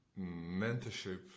mentorship